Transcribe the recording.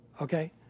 Okay